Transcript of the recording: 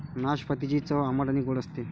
नाशपातीची चव आंबट आणि गोड असते